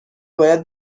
باید